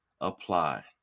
apply